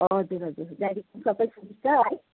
हजुर हजुर गाडीको पनि सबै सुबिस्ता है